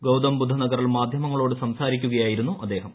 ഗൌതം ബുദ്ധനഗറിൽ മാധ്യമങ്ങളോട് സംസാരിക്കുകയായിരുന്നു അദ്ദേഹം